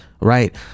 Right